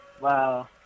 Wow